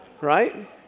Right